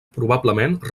probablement